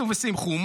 שישו ושמחו,